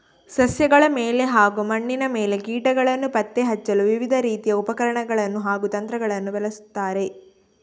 ಸಸ್ಯಗಳ ಮೇಲೆ ಹಾಗೂ ಮಣ್ಣಿನ ಮೇಲೆ ಕೀಟಗಳನ್ನು ಪತ್ತೆ ಹಚ್ಚಲು ವಿವಿಧ ರೀತಿಯ ಉಪಕರಣಗಳನ್ನು ಹಾಗೂ ತಂತ್ರಗಳನ್ನು ಬಳಸುತ್ತಾರೆ